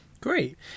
Great